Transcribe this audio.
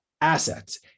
Assets